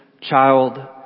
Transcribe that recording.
child